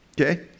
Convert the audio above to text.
okay